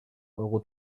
euro